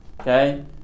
Okay